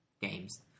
games